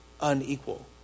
unequal